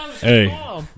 hey